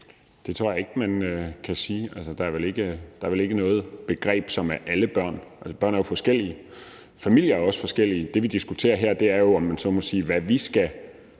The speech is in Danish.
Det tror jeg ikke man kan sige. Altså, der er vel ikke noget begreb, som er alle børn. Børn er jo forskellige, familier er også forskellige. Det, vi diskuterer her, er jo – om man så må sige – hvad vi skal